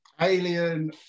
Alien